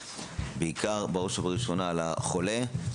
בעיקר בראש ובראשונה על החולה,